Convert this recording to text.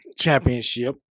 championship